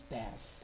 death